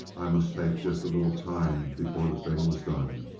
i must take just a little time before the thing was done.